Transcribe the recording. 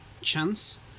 chance